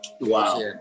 Wow